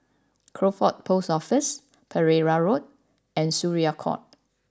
Crawford Post Office Pereira Road and Syariah Court